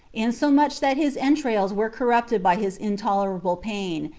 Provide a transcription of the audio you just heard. insomuch that his entrails were corrupted by his intolerable pain,